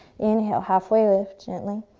inhale, halfway lift, gently.